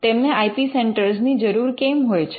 તેમને I P centre ની જરૂર કેમ હોય છે